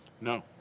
No